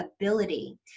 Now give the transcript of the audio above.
ability